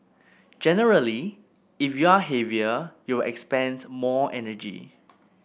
generally if you're heavier you'll expend more energy